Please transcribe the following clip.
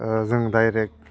जों डायरेक्ट